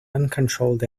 uncontrolled